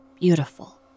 beautiful